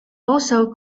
also